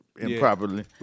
improperly